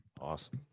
Awesome